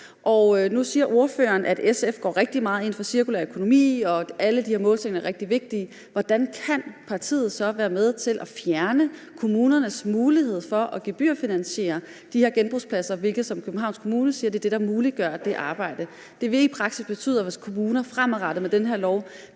Nu siger ordføreren, at SF går rigtig meget ind for cirkulær økonomi, og at alle de her målsætninger er rigtig vigtige. Hvordan kan partiet så være med til at fjerne kommunernes mulighed for at gebyrfinansiere de her genbrugspladser, hvilket, som Københavns Kommune siger, er det, der muliggør det arbejde? Det vil i praksis betyde, at vores kommuner fremadrettet med den her lov